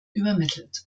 übermittelt